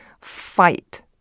fight